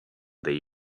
they